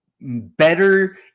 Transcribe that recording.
better